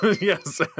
Yes